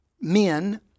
men